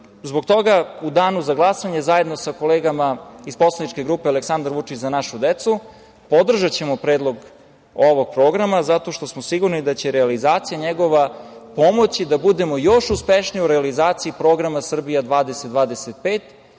toga, u danu za glasanje, zajedno sa kolegama iz poslaničke grupe „Aleksandar Vučić - Za našu decu“, podržaćemo Predlog ovog programa zato što smo sigurni da će realizacija njegova pomoći da budemo još uspešniji u realizaciji Programa "Srbija 2025",